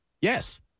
Yes